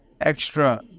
extra